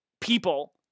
people